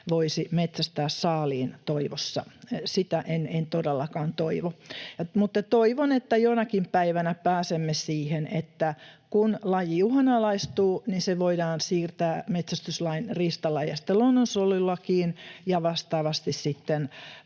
voisi metsästää saaliin toivossa — sitä en todellakaan toivo. Toivon, että jonakin päivänä pääsemme siihen, että kun laji uhanalaistuu, se voidaan siirtää metsästyslain riistalajeista luonnonsuojelulakiin, ja että vastaavasti sitten